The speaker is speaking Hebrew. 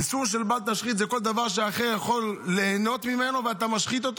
האיסור בל תשחית הוא כל דבר שהאחר יכול ליהנות ממנו ואתה משחית אותו.